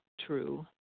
true